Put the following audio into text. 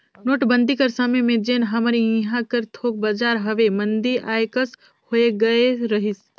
नोटबंदी कर समे में जेन हमर इहां कर थोक बजार हवे मंदी आए कस होए गए रहिस